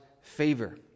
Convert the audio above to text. favor